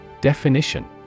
Definition